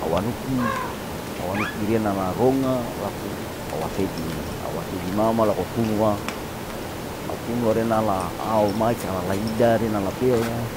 Au anuki, au anuki riya nala ronga laku awasedi, awasedi mama laku tunua, au tunua renala au maika lala ida rena laku pea